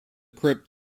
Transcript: crypt